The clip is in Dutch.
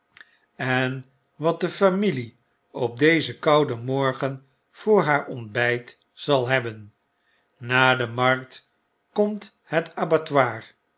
en wat de familie op dezen kouden morgen voor haar ontbjjt zal hebben na de markt komt het